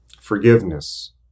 Forgiveness